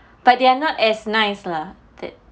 but they are not as nice lah